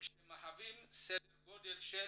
המהווים סדר גודל של